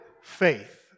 faith